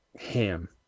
ham